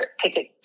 ticket